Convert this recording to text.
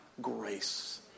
grace